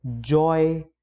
joy